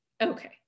Okay